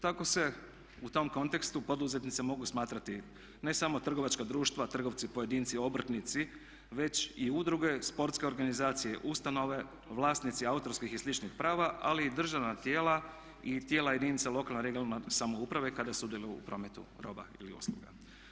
Tako se u tom kontekstu poduzetnice mogu smatrati ne samo trgovačka društva, trgovci pojedinci obrtnici već i udruge, sportske organizacije, ustanove, vlasnici autorskih i sličnih prava, ali i državna tijela i tijela jedinica lokalne (regionalne) samouprave kada sudjeluje u prometu roba ili usluga.